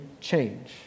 change